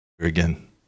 again